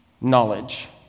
knowledge